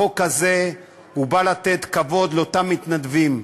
החוק הזה בא לתת כבוד לאותם מתנדבים,